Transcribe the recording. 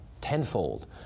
tenfold